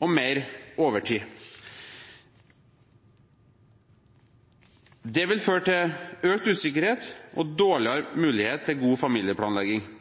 og mer overtid. Det vil føre til økt usikkerhet og dårligere mulighet til god familieplanlegging.